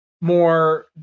more